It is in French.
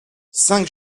cinq